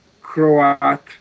Croat